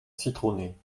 citronnée